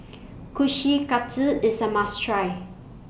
Kushikatsu IS A must Try